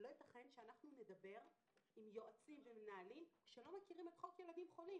לא ייתכן שאנחנו נדבר עם יועצים ומנהלים שלא מכירים את חוק ילדים חולים.